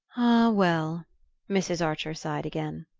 well mrs. archer sighed again.